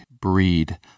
breed